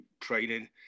training